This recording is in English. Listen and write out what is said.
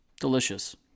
delicious